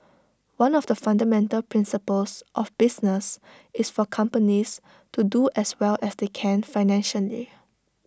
one of the fundamental principles of business is for companies to do as well as they can financially